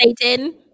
Satan